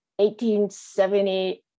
1870